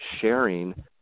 sharing